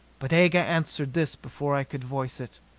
but aga answered this before i could voice it.